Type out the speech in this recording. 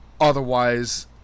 otherwise